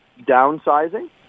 downsizing